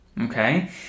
okay